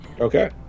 Okay